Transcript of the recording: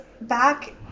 back